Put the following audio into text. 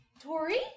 Tori